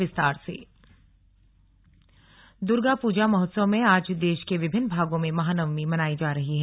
slug Mahanavami Durga Puja महोत्सव में आज देश के विभिन्न भागों में महानवमी मनायी जा रही है